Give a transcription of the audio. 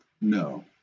No